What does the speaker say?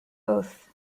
oath